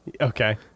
Okay